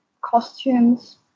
costumes